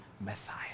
messiah